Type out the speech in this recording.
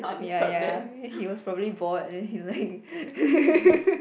ya ya he was probably bored then he is like